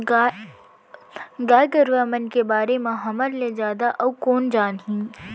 गाय गरूवा के बारे म हमर ले जादा अउ कोन जानही